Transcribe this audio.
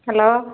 hello